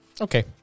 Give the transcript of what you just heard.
Okay